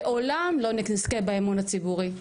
לעולם לא נזכה באמון הציבורי.